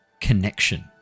connection